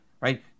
right